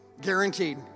guaranteed